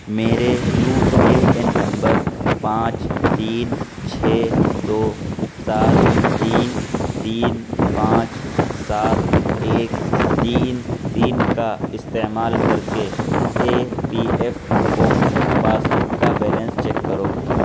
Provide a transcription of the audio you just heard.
میرے U A N number پانچ تین چھ دو سات تین تین پانچ سات ایک تین تین کا استعمال کر کے E P F O passbook کا بیلنس چیک کرو